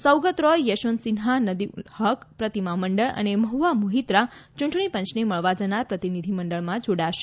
સૌગત રોય યશવંતસિંહા નદીમુલ હક પ્રતિમા મંડળ અને મહ્વા મોહિત્રા ચૂંટણી પંચને મળવા જનાર પ્રતિનિધિ મંડળમાં જોડાશે